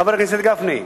חבר הכנסת גפני.